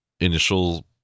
initial